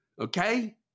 Okay